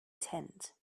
tent